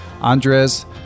Andres